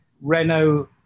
Renault